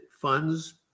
funds